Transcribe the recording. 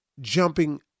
jumping